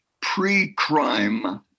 pre-crime